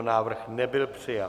Návrh nebyl přijat.